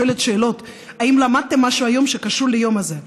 אני שואלת שאלות: האם למדתן משהו היום שקשור ליום הזה?